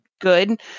good